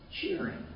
cheering